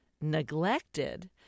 neglected